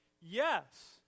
Yes